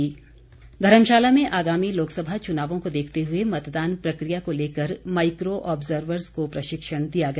च्नाव प्रशिक्षण धर्मशाला में आगामी लोकसभा चुनावों को देखते हुए मतदान प्रक्रिया को लेकर माइक्रो ऑब्जर्वर्स को प्रशिक्षण दिया गया